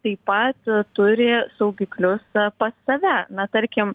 taip pat turi saugiklius pas save na tarkim